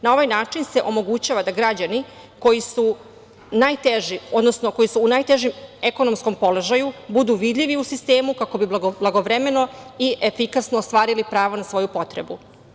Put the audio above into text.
Na ovaj način se omogućava da građani koji su najteži, odnosno koji su u najtežem ekonomskom položaju budu vidljivi u sistemu kako bi blagovremeno i efikasno ostvarili pravo na svoju potrebu.